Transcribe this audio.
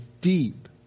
deep